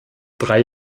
drei